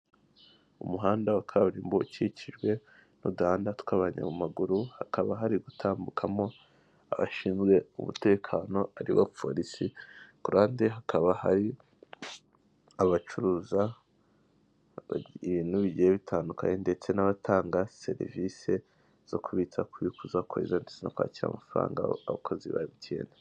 Umuhanda wa kaburimbo ukikijwe n'uduhanda tw'abanyamaguru hakaba hari gutambukamo abashinzwe umutekano ari bo bapolisi, ku ruhande hakaba hari abacuruza ibintu bigiye bitandukanye ndetse n'abatanga serivisi zo kubitsa, kubikuza, kohereza ndetse no kwakira amafaranga abakozi ba MTN.